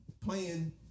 playing